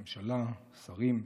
ממשלה, שרים,